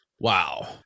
wow